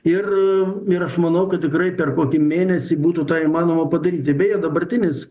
ir ir aš manau kad tikrai per kokį mėnesį būtų tą įmanoma padaryti beje dabartinis